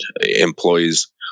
employees